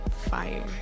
fire